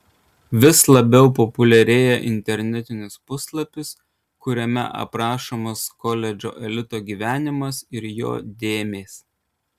vis labiau populiarėja internetinis puslapis kuriame aprašomas koledžo elito gyvenimas ir jo dėmės